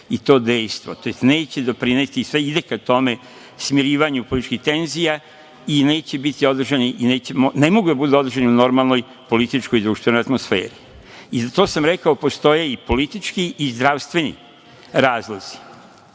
i to dejstvo, tj. neće doprineti, sve ide ka tome, smirivanju tih tenzija i neće biti održani, ne mogu biti održani u normalnoj političkoj društvenoj atmosferi. Rekao sam da postoje politički i zdravstveni razlozi.